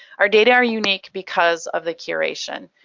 our data are unique because of the curation.